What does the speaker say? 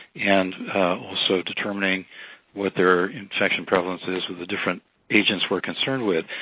and also determining what their infection prevalence is with the different agents we're concerned with.